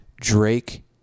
Drake